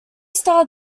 style